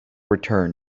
return